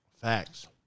Facts